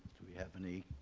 do we have any